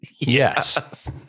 Yes